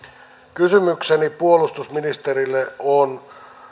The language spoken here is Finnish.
kysymykseni puolustusministerille on